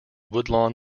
woodlawn